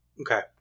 Okay